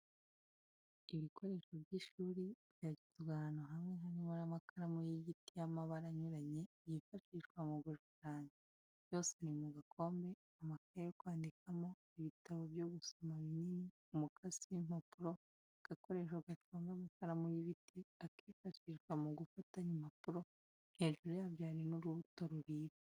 Ibikoresho by'ishuri byashyizwe ahantu hamwe harimo amakaramu y'igiti y'amabara anyuranye yifashishwa mu gushushanya, yose ari mu gakombe, amakaye yo kwandikamo, ibitabo byo gusoma binini, umukasi w'impapuro, agakoresho gaconga amakaramu y'ibiti, akifashishwa mu gufatanya impapuro, hejuru yabyo hari n'urubuto ruribwa.